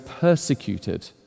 persecuted